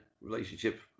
relationship